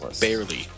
barely